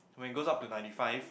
when it goes up to ninety five